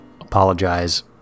apologize